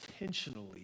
intentionally